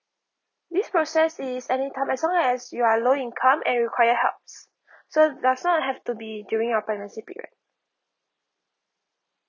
this process is anytime as long as you are low income and require helps so does not have to be during your pregnancy period